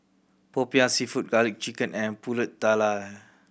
Popiah Seafood Garlic Chicken and Pulut Tatal